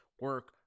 Work